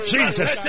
Jesus